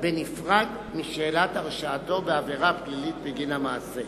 בנפרד משאלת הרשעתו בעבירה פלילית בגין המעשה.